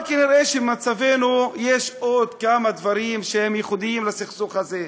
אבל כנראה במצבנו יש עוד כמה דברים שהם ייחודיים לסכסוך הזה.